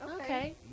Okay